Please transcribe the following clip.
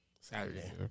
Saturday